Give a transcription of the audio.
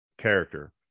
character